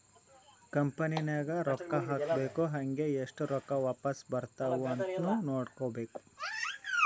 company ನಾಗ್ ರೊಕ್ಕಾ ಹಾಕ್ಬೇಕ್ ಹಂಗೇ ಎಸ್ಟ್ ರೊಕ್ಕಾ ವಾಪಾಸ್ ಬರ್ತಾವ್ ಅಂತ್ನು ನೋಡ್ಕೋಬೇಕ್